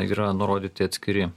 yra nurodyti atskiri